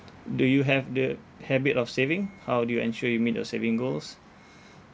do you have the habit of saving how do you ensure you meet your saving goals